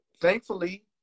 Thankfully